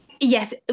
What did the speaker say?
Yes